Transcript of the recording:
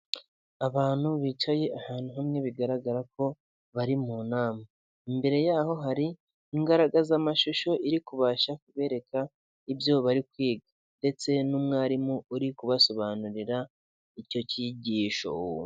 Abantu bicaye ahantu hamwe bigaragara ko bari mu nama, imbere yabo hari insakazamashusho iri kubasha kubereka ibyo bari kwiga, ndetse n'umwarimu uri kubasobanurira icyo kigisho.